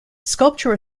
sculpture